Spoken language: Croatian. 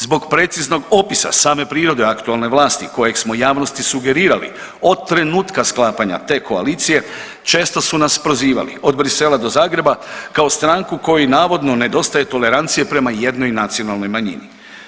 Zbog preciznog opisa same prirode aktualne vlasti kojeg smo javnosti sugerirali od trenutka sklapanja te koalicije često su nas prozivali od Bruxellesa do Zagreba kao stranku kojoj navodno nedostaje tolerancije prema jednoj nacionalnoj manjini.